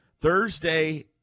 Thursday